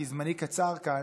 כי זמני קצר כאן,